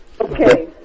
Okay